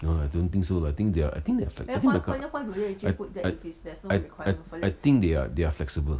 no lah I don't think so lah I think they are I think they fle~ I I I I I think they are they are flexible